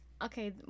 Okay